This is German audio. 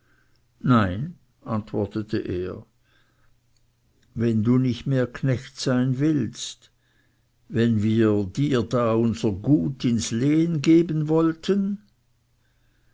nein antwortete er wenn du nicht mehr knecht sein willst wenn wir dir da unser gut ins lehen geben wollten